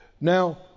Now